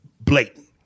blatant